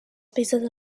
species